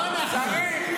--- השופטים, לא אנחנו.